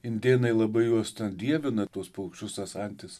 indėnai labai juos dievina tuos paukščius tas antis